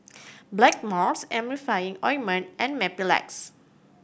Blackmores Emulsying Ointment and Mepilex